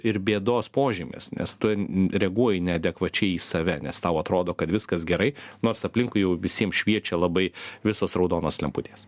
ir bėdos požymis nes tu reaguoji neadekvačiai į save nes tau atrodo kad viskas gerai nors aplinkui jau visiems šviečia labai visos raudonos lemputės